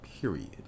period